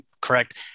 correct